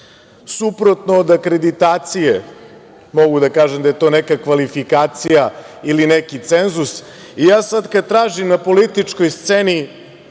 Suprotno od akreditacije, mogu da kažem da je to nekakva kvalifikacija ili neki cenzus. Ja sada kada tražim na političkoj sceni